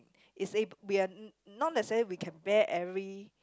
is we are <UNK not necessarily we can bear every